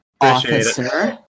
Officer